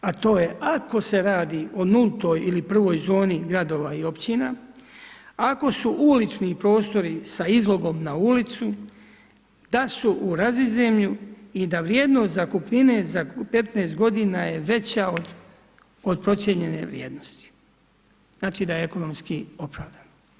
A to je ako se radi o nultoj ili prvoj zoni gradova i općina, ako su ulični prostori sa izlogom na ulicu da su u razizemlju i da vrijednost zakupnine za 15 godina je veća od procijenjene vrijednosti, znači da je ekonomski opravdan.